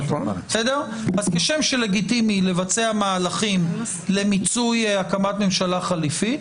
כשם שלגיטימי לבצע מהלכים למיצוי הקמת ממשלה חליפית,